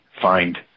find